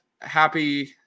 happy